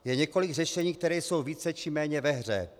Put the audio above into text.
Je několik řešení, která jsou více či méně ve hře.